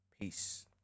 Peace